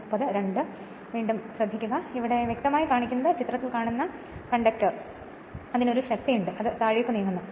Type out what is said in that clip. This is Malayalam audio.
ഇപ്പോൾ ഇത് വ്യക്തമായി കാണിക്കുന്നത് ചിത്രത്തിൽ കാണുന്ന കണ്ടക്ടറിൽ ഒരു ശക്തിയുണ്ട് അത് താഴേക്ക് നീങ്ങുന്നു